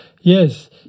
Yes